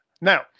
Now